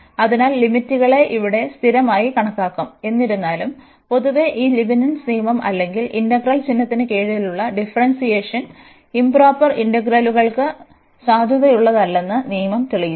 അതിനാൽ ലിമിറ്റുകളെ ഇവിടെ സ്ഥിരമായി കണക്കാക്കും എന്നിരുന്നാലും പൊതുവേ ഈ ലീബ്നിറ്റ്സ് നിയമം അല്ലെങ്കിൽ ഇന്റഗ്രൽ ചിഹ്നത്തിന് കീഴിലുള്ള ഡിഫറെന്സിയേഷൻ ഇംപ്രോപ്പർ ഇന്റഗ്രലുകൾക്ക് സാധുതയുള്ളതല്ലെന്ന് നിയമം തെളിയിച്ചു